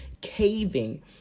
caving